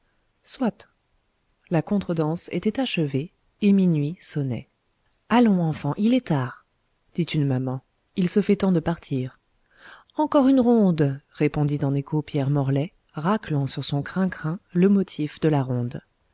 soit la contredanse était achevée et minuit sonnait allons enfants il est tard dit une maman il se fait temps de partir encore une ronde répondit en écho pierre morlaix raclant sur son crin crin le motif de la ronde